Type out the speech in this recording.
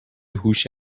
هوش